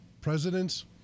Presidents